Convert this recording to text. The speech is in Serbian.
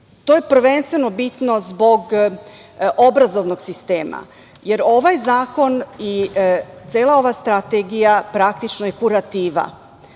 je prvenstveno bitno zbog obrazovnog sistema, jer ovaj zakon i cela ova strategija praktično je kurativa.